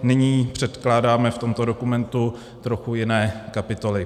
Nyní předkládáme v tomto dokumentu trochu jiné kapitoly.